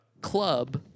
club